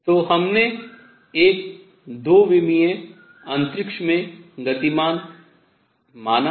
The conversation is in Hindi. तो हमने एक कण को 2 विमीय अंतरिक्ष में गतिमान माना है